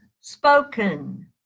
spoken